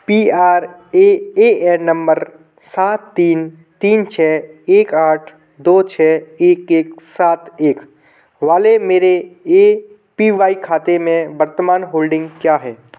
P R A N number सात सात तीन छः एक आठ दो छः एक एक सात एक वाले मेरे ए पी वाई खाते में वर्तमान होल्डिंग क्या है